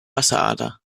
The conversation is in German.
wasserader